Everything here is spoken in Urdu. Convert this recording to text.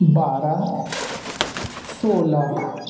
بارہ سولہ